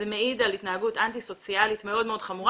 זה מעיד על התנהגות אנטי סוציאלית מאוד חמורה